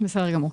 בסדר גמור.